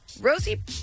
Rosie